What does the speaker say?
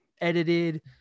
edited